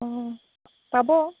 অঁ পাব